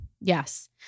Yes